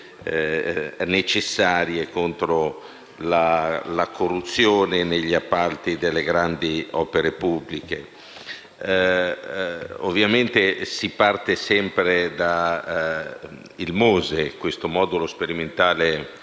necessarie contro la corruzione negli appalti delle grandi opere pubbliche. Si parte sempre dal MOSE, questo Modulo sperimentale